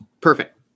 Perfect